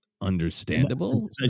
understandable